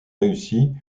réussi